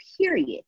period